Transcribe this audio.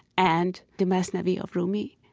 and the masnavi of rumi.